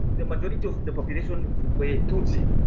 the majority of the population were tutsi.